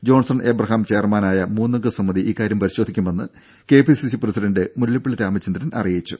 Johnson Abraham ചെയർമാനായ മൂന്നംഗ സമിതി ഇക്കാര്യം പരിശോധിക്കുമെന്ന് കെ പി സി സി പ്രസിഡണ്ട് മുല്ലപ്പള്ളി രാമചന്ദ്രൻ അറിയിച്ചു